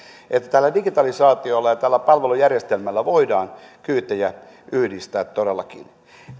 tällä digitalisaatiolla ja tällä palvelujärjestelmällä voidaan kyytejä yhdistää todellakin